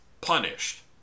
punished